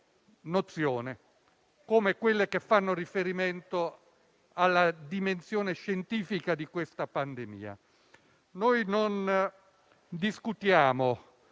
nozione, come quelle che fanno riferimento alla dimensione scientifica di questa pandemia. Noi non discutiamo